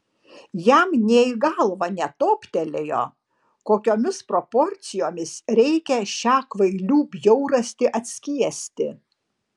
jam nė į galvą netoptelėjo kokiomis proporcijomis reikia šią kvailių bjaurastį atskiesti